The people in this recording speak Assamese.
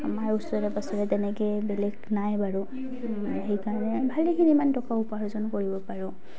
আমাৰ ওচৰে পাজৰে তেনেকে বেলেগ নাই বাৰু সেইকাৰণে ভালেখিনি ইমান টকা উপাৰ্জন কৰিব পাৰোঁ